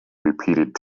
repeated